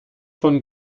von